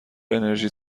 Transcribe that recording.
انرژی